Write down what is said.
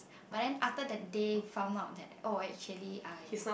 but then after that day found out that oh actually I